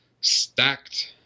Stacked